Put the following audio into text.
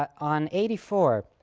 but on eighty four,